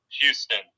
Houston